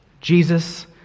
Jesus